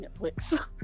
Netflix